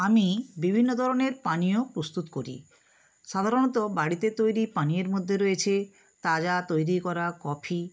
আমি বিভিন্ন ধরনের পানীয় প্রস্তুত করি সাধারণত বাড়িতে তৈরি পানীয়ের মধ্যে রয়েছে তাজা তৈরি করা কফি